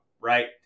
right